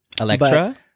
Electra